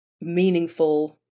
Meaningful